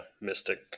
mystic